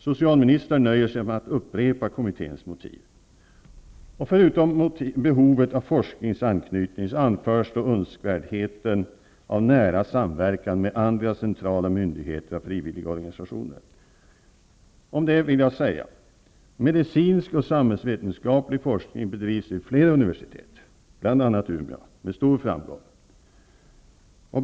Socialministern nöjer sig med att upprepa kommitténs motiveringar, och förutom behovet av forskningsanknytning anförs då önskvärdheten av nära samverkan med andra centrala myndigheter och med frivilligorganisationer. Om detta vill jag säga: Medicinsk och samhällsvetenskaplig forskning bedrivs vid flera universitet, bl.a. vid universitetet i Umeå, med stor framgång.